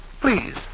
Please